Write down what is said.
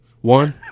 one